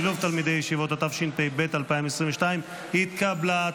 (שילוב תלמידי ישיבות), התשפ"ב 2022, התקבלה.